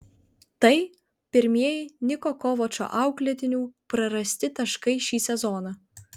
tai pirmieji niko kovačo auklėtinių prarasti taškai šį sezoną